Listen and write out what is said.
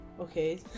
Okay